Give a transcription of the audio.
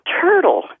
turtle